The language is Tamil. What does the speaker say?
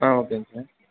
ஆ ஓகேங்க சார்